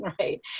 right